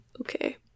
Okay